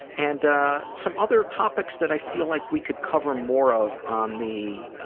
and some other topics that i feel like we could cover more of on the